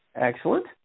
Excellent